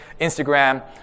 Instagram